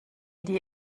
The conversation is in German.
die